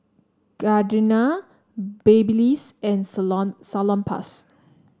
Gardenia Babyliss and Salonpas